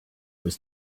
was